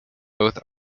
both